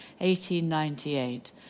1898